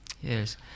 yes